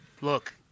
Look